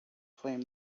flame